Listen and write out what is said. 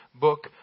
book